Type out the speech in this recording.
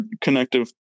connective